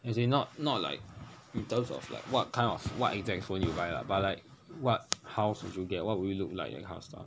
as in not not like in terms of like what kind of what exact phone you buy lah but like what house would you get what would you look like that kind of stuff